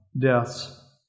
deaths